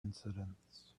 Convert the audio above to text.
incidents